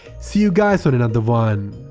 see you guys on another one.